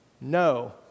no